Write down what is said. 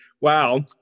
wow